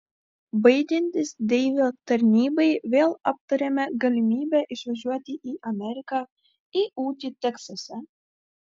baigiantis deivio tarnybai vėl aptarėme galimybę išvažiuoti į ameriką į ūkį teksase